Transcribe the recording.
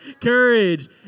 courage